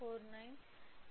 49 9